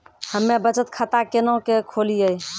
हम्मे बचत खाता केना के खोलियै?